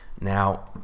Now